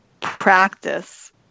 practice